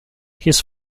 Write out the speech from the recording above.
his